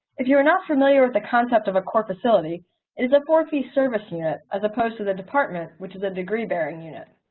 if you are not familiar with the concept of a core facility, it is a for-fee service unit as opposed to the department which is a degree bearing unit.